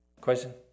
Question